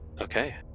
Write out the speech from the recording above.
Okay